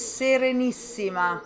serenissima